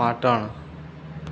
Patan